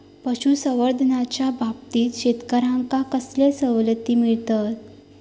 पशुसंवर्धनाच्याबाबतीत शेतकऱ्यांका कसले सवलती मिळतत?